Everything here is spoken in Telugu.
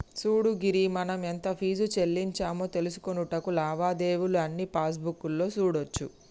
సూడు గిరి మనం ఎంత ఫీజు సెల్లించామో తెలుసుకొనుటకు లావాదేవీలు అన్నీ పాస్బుక్ లో సూడోచ్చు